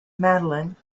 madeline